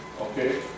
okay